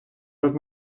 раз